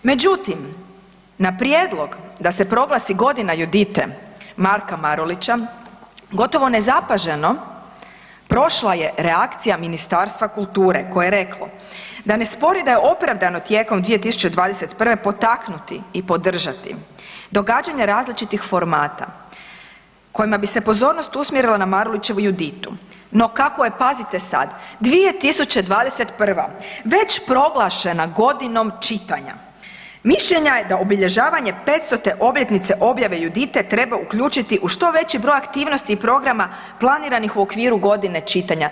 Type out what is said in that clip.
Međutim, na prijedlog da se proglasi godina Judite Marka Marulića, gotovo nezapaženo prošla je reakcija Ministarstva kulture koje je reklo da ne spori da je opravdano tijekom 2021. potaknuti i podržati događanja različitih formata kojima bi se pozornost usmjerila na Marulićevu Juditu no, kako je, pazite sad, 2021. već proglašena Godinom čitanja, mišljenja je da obilježavanje 500 obljetnice objave Judite treba uključiti u što veći broj aktivnosti i programa planiranih u okviru Godine čitanja.